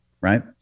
right